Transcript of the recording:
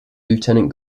lieutenant